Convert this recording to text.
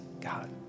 God